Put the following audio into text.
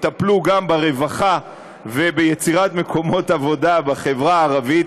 יטפלו גם ברווחה וביצירת מקומות עבודה בחברה הערבית,